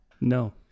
No